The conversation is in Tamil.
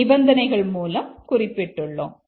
நிபந்தனைகள் மூலம் குறிப்பிட்டுள்ளோம்